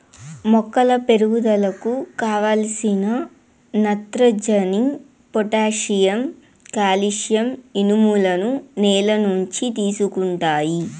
మొక్కల పెరుగుదలకు కావలసిన నత్రజని, పొటాషియం, కాల్షియం, ఇనుములను నేల నుంచి తీసుకుంటాయి